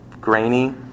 grainy